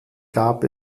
gab